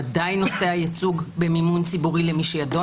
ודאי נושא הייצוג במימון ציבורי למי שידו